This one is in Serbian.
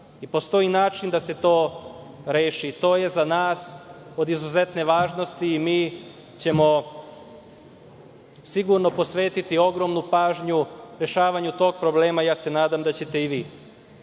Postoji način da se to reši. To je za nas od izuzetne važnosti i mi ćemo sigurno posvetiti ogromnu pažnju rešavanju tog problema. Nadam se da ćete i